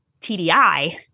TDI